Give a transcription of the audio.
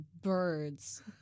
birds